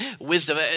wisdom